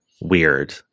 weird